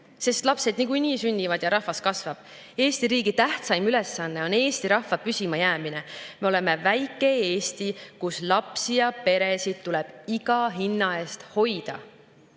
sest lapsed niikuinii sünnivad ja rahvas kasvab. Eesti riigi tähtsaim ülesanne on Eesti rahva püsimajäämine. Me oleme väike Eesti, kus lapsi ja peresid tuleb iga hinna eest hoida. Kui